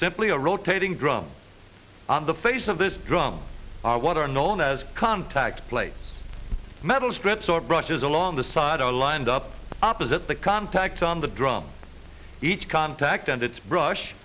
simply a rotating drum on the face of this drum are what are known as contact plates the metal strips or brushes along the side are lined up opposite the contact on the drum each contact and its brush